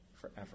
forever